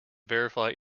verify